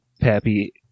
Pappy